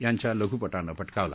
यांच्या लघुपटानं पटकावला